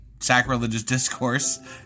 sacrilegiousdiscourse